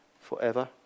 forever